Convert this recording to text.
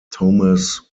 thomas